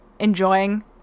enjoying